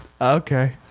okay